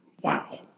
wow